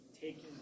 taking